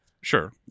Sure